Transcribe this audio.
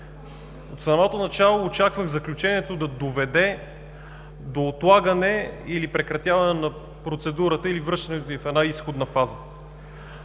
От самото начало очаквах заключението да доведе до отлагане или прекратяване на процедурата или връщането й в изходна фаза